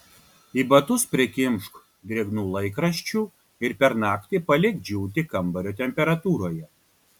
į batus prikimšk drėgnų laikraščių ir per naktį palik džiūti kambario temperatūroje